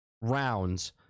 rounds